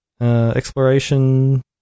exploration